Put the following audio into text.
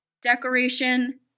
decoration